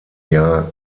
jahr